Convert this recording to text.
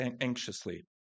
anxiously